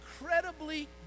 incredibly